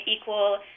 equal